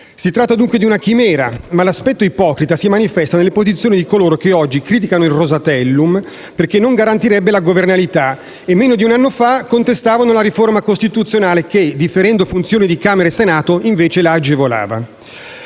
Si tratta dunque di una chimera, ma l'aspetto ipocrita si manifesta nelle posizioni di coloro che oggi criticano il Rosatellum perché non garantirebbe la governabilità e, meno di un anno fa, contestavano la riforma costituzionale che, differendo le funzioni di Camera e Senato, invece la agevolava.